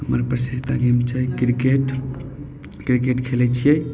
हमर पसंदीदा गेम छै क्रिकेट क्रिकेट खेलै छियै